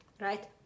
right